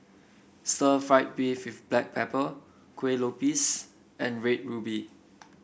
stir fry beef with Black Pepper Kuih Lopes and Red Ruby